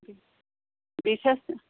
بیٚیہِ چھُ اَسہِ